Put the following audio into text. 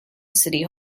city